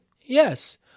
Yes